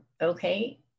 okay